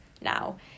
now